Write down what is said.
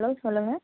hello சொல்லுங்கள்